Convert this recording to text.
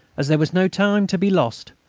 as there was no time to be lost,